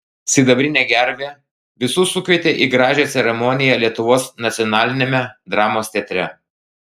sidabrinė gervė visus sukvietė į gražią ceremoniją lietuvos nacionaliniame dramos teatre